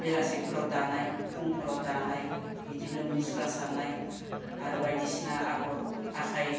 बेलासिफोराव दानाय फुंफोराव दानाय बिदिनो मुस्रा सानाय आरो बायदिसिना आगर आखाइ